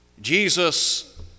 Jesus